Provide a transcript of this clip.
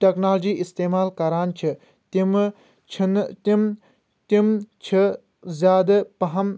technology اِستعمال کران چھ تِمہٕ چھِنہٕ تِم تِم چھ زیٛادے پہم